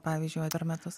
pavyzdžiui a per metus